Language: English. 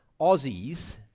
Aussies